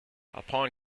upon